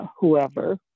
whoever